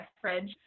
fridge